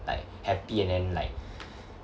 like happy and then like